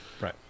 Right